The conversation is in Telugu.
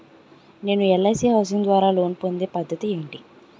నేను ఎల్.ఐ.సి హౌసింగ్ ద్వారా లోన్ పొందే పద్ధతి ఏంటి?